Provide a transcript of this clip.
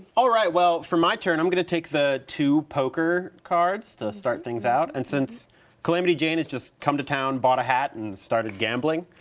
alright, well, for my turn, i'm gonna take the two poker cards to start things out, and since calamity jane has just come to town, bought a hat, and started gambling,